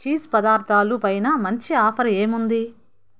cheese పదార్థాలు పైన మంచి ఆఫర్ ఏముంది